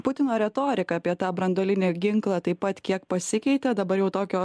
putino retorika apie tą branduolinį ginklą taip pat kiek pasikeitė dabar jau tokio